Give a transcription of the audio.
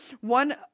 One